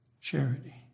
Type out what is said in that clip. Charity